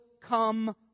come